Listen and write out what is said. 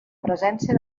presència